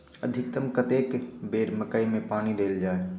अधिकतम कतेक बेर मकई मे पानी देल जाय?